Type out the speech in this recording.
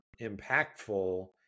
impactful